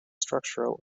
structural